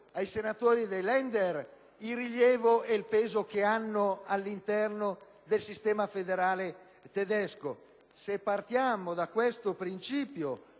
ai senatori dei *Länder* il rilievo e il peso che hanno all'interno del sistema federale tedesco! Se partiamo da questo principio,